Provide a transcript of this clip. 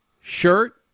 shirt